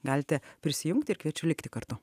galite prisijungti ir kviečiu likti kartu